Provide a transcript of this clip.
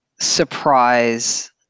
surprise